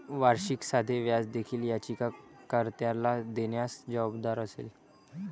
वार्षिक साधे व्याज देखील याचिका कर्त्याला देण्यास जबाबदार असेल